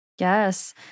Yes